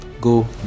go